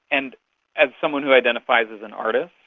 and as someone who identifies as an artist,